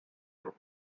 group